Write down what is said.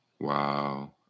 Wow